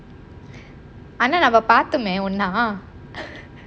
ஆனா நம்ப பார்த்தோமே ஒண்ணா:aanaa namba paarthomae onna